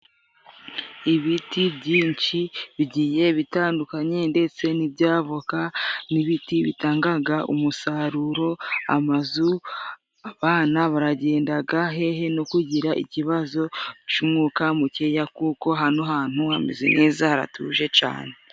Ibiti byinshi bigiye bitandukanye ndetse n'ibya voka ni ibiti bitangaga umusaruro, amazu, abana baragendaga, hehe no kugira ikibazo c'umwuka mukeya, kuko hano hantu hameze neza, haratuje cane.